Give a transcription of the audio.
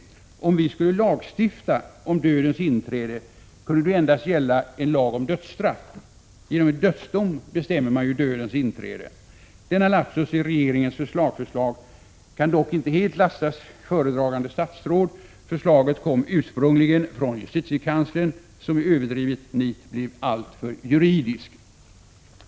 Om vi skulle lagstifta om dödens inträde kunde det endast gälla en lag om dödsstraff. Genom en dödsdom bestämmer man dödens inträde. Denna lapsus i regeringens lagförslag kan dock inte helt lastas föredragande statsråd. Förslaget kom ursprungligen från justitiekanslern, som i överdrivet nit blev alltför juridisk.